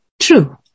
true